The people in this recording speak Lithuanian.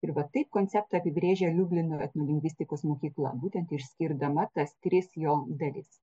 ir va taip konceptą apibrėžia liublino etnolingvistikos mokykla būtent išskirdama tas tris jo dalis